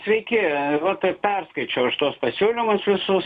sveiki va tai perskaičiau aš tuos pasiūlymus visus